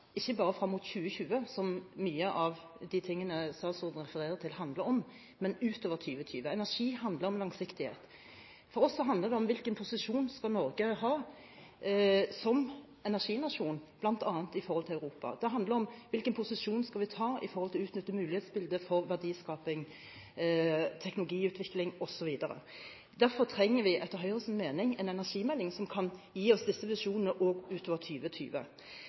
ikke bare frem mot 2020, som mye av de tingene statsråden refererer til handler om, men utover 2020. Energi handler om langsiktighet. For oss handler det om hvilken posisjon Norge skal ha som energinasjon bl.a. i forhold til Europa. Det handler om hvilken posisjon vi skal ta for å utnytte mulighetsbildet for verdiskaping, teknologiutvikling osv. Derfor trenger vi etter Høyres mening en energimelding som kan gi oss disse visjonene også utover